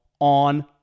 on